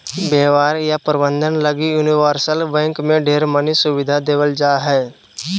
व्यापार या प्रबन्धन लगी यूनिवर्सल बैंक मे ढेर मनी सुविधा देवल जा हय